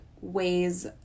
ways